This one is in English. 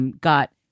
got